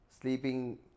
sleeping